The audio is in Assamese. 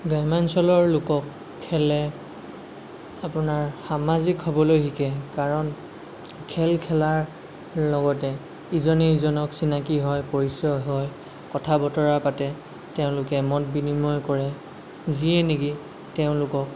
গ্ৰাম্য অঞ্চলৰ লোকক খেলে আপোনাৰ সামাজিক হ'বলৈ শিকে কাৰণ খেল খেলাৰ লগতে ইজনে সিজনক চিনাকী হয় পৰিচয় হয় কথা বতৰা পাতে তেওঁলোকে মত বিনিময় কৰে যিয়ে নেকি তেওঁলোকক